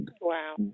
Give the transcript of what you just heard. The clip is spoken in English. wow